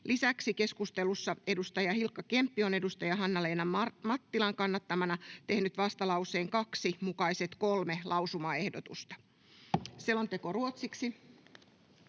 Lisäksi keskustelussa edustaja Hilkka Kemppi on edustaja Hanna-Leena Mattilan kannattamana tehnyt vastalauseen 2 mukaiset kolme lausumaehdotusta. — Selonteko ruotsiksi.